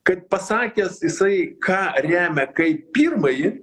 kad pasakęs jisai ką remia kaip pirmąjį